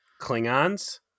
Klingons